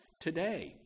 today